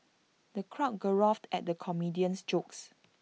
the crowd guffawed at the comedian's jokes